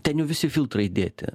ten jau visi filtrai įdėti